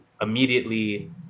immediately